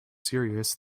serious